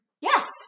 Yes